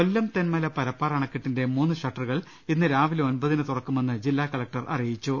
കൊല്ലം തെൻമല പ്രപ്പാർ അണക്കെട്ടിന്റെ മൂന്ന് ഷട്ടറുകൾ ഇന്ന് രാവിലെ ഒൻപ്പതിന് തുറക്കുമെന്ന് ജില്ലാ കലക്ടർ അറിയിച്ചു